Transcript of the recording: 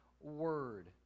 word